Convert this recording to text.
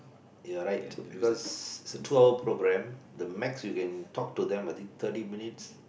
you're right because it's a tour program the max you can talk to them I think thirty minutes